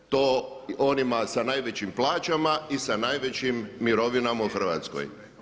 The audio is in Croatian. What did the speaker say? To onima sa najvećim plaćama i sa najvećim mirovinama u Hrvatskoj.